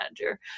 manager